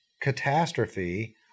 catastrophe